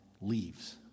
leaves